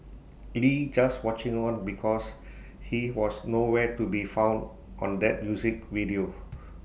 lee just watching on because he was no where to be found on that music video